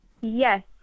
Yes